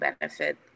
benefit